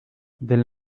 del